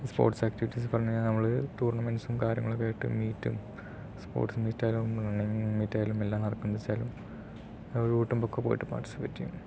sports activities പറഞ്ഞാൽ നമ്മൾ ടൂർണമെന്റ്സും കാര്യങ്ങളൊക്കെ ആയിട്ട് മീറ്റും സ്പോർട്സ് മീറ്റായാലും നോർമൽ മീറ്റായാലും എല്ലാം വെച്ചാലും അത് വെക്കുമ്പോൾ ഒക്കെ പോയിട്ട് പാർട്ടിസിപ്പേറ്റ് ചെയ്യും